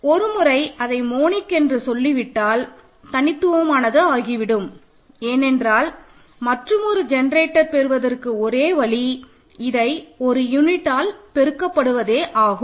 ஒரு முறை அதை மோனிக் என்று சொல்லிவிட்டால் தனித்துவமானது ஆகிவிடும் ஏனென்றால் மற்றுமொரு ஜெனரேட்டர் பெறுவதற்கு ஒரே வழி இதை ஒரு யூனிட்டால் பெருக்கப்படுவதே ஆகும்